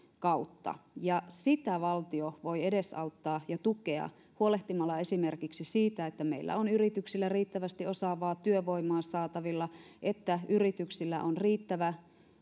kautta ja sitä valtio voi edesauttaa ja tukea huolehtimalla esimerkiksi siitä että meillä on yrityksillä riittävästi osaavaa työvoimaa saatavilla että yrityksillä on riittävä